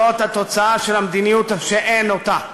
זאת התוצאה של המדיניות שאין אותה,